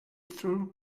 through